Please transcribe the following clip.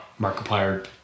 markiplier